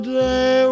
day